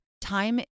time